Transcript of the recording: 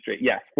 Yes